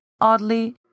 oddly